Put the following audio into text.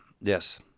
yes